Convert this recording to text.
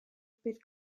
bydd